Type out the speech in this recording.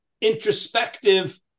introspective